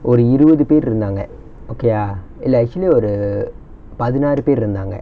ஒரு இருவது பேர் இருந்தாங்க:oru iruvathu per irunthaanga okay ah இல்ல:illa actually ஒரு பதினாறு பேர் இருந்தாங்க:oru pathinaaru per irunthaanga